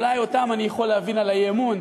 אולי אותם אני יכול להבין על האי-אמון,